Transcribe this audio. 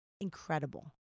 incredible